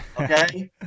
Okay